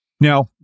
Now